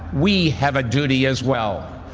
we have a duty as well,